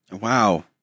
Wow